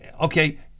Okay